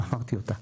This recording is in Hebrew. אמרתי אותה.